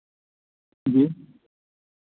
جی